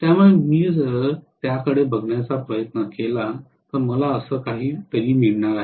त्यामुळे मी जर त्याकडे बघायचा प्रयत्न केला तर मला असं काहीतरी मिळणार आहे